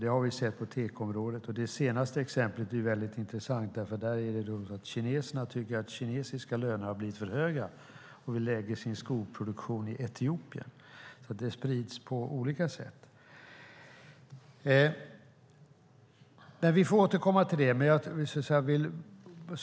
Det har vi sett på tekoområdet. Det senaste exemplet är intressant, därför att kineserna tycker att kinesiska löner har blivit för höga och lägger sin skoproduktion i Etiopien. Produktionen sprids alltså på olika sätt. Vi får återkomma till det.